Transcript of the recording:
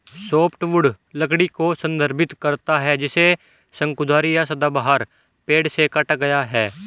softwood लकड़ी को संदर्भित करता है जिसे शंकुधारी या सदाबहार पेड़ से काटा गया है